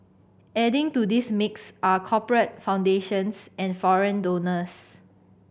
adding to this mix are corporate foundations and foreign donors